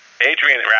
Adrian